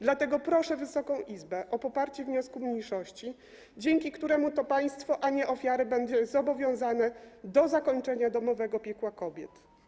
Dlatego proszę Wysoką Izbę o poparcie wniosku mniejszości, dzięki któremu to państwo, a nie ofiary, będzie zobowiązane do zakończenia domowego piekła kobiet.